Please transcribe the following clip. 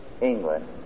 England